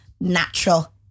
natural